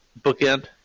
bookend